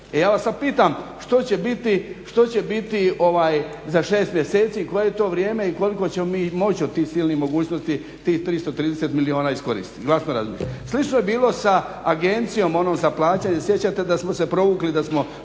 Ja vas sad pitam što će biti za 6 mjeseci, koje je to vrijeme i koliko ćemo mi moći od tih silnih mogućnosti tih 330 milijuna iskoristiti? Slično je bilo sa agencijom onom za plaćanje, sjećate da smo se provukli da smo